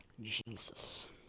Jesus